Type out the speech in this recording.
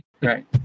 Right